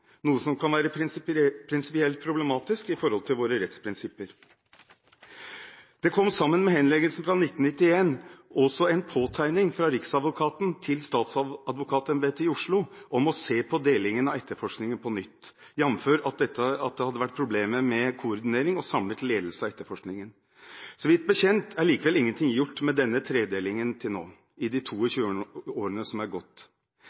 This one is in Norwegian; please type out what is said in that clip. noe som kan være prinsipielt problematisk med tanke på våre rettsprinsipper. Det kom sammen med henleggelsen fra 1991 også en påtegning fra Riksadvokaten til statsadvokatembetet i Oslo om å se på delingen av etterforskningen på nytt, jf. at det hadde vært problemer med koordinering og samlet ledelse av etterforskning. Meg bekjent er likevel ingenting gjort med denne tredelingen til nå, i de 22 årene som er